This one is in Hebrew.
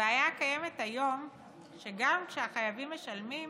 הבעיה הקיימת היום שגם כשהחייבים משלמים